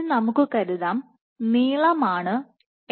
ഇനി നമുക്ക് കരുതാം നീളമാണ് ആണ് L